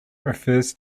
refers